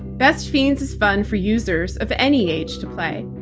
best fiends is fun for users of any age to play.